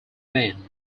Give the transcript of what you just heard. men